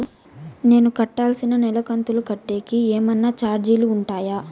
నేను కట్టాల్సిన నెల కంతులు కట్టేకి ఏమన్నా చార్జీలు ఉంటాయా?